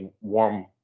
warm